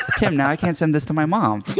tim, now i can't send this to my mom.